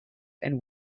and